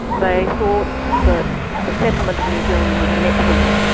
they thought that the settlement of new zealand was inexorable.